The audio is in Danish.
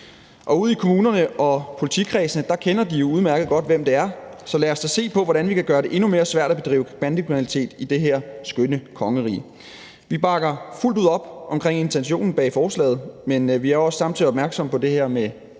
Ude i kommunerne og i politikredsene ved de jo udmærket, hvem det er, så lad os da se på, hvordan vi kan gøre det endnu sværere at bedrive bandekriminalitet i det her skønne kongerige. Vi bakker fuldt ud op om intentionen i forslaget, men vi er samtidig opmærksomme på det her med